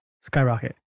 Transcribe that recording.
skyrocket